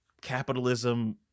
capitalism